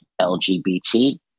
lgbt